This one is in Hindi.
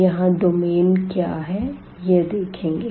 यहाँ डोमेन क्या है यह देखेंगे